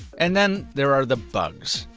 and then, there are the bugs.